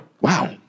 Wow